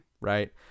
Right